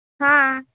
हा